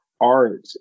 art